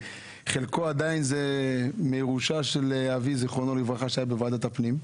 חלקו עדיין ירושה של אבי ז"ל שהיה בוועדת הפנים.